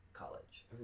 college